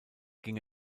ging